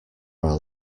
are